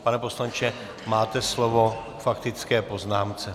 Pane poslanče, máte slovo k faktické poznámce.